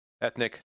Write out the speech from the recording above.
ethnic